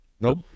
Nope